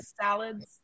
salads